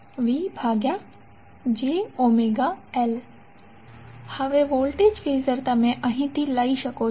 હવે voltage phasor તમે અહીંથી લઈ શકો છો